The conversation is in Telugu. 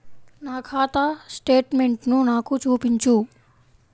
నా ఖాతా స్టేట్మెంట్ను నాకు చూపించు